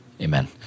Amen